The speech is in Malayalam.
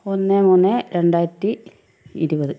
ഒന്ന് മൂന്ന് രണ്ടായിരത്തി ഇരുപത്